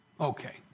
Okay